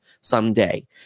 someday